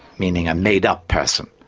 meaning a made up person.